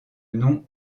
nom